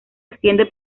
extiende